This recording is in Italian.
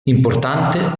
importante